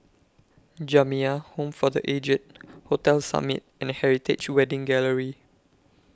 Jamiyah Home For The Aged Hotel Summit and Heritage Wedding Gallery